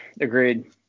Agreed